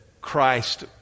Christ